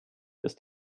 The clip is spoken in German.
ist